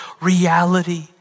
reality